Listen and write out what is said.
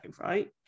right